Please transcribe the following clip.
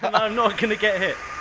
i'm not gonna get hit.